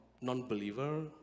non-believer